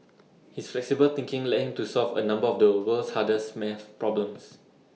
his flexible thinking led him to solve A number of the world's hardest math problems